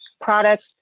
products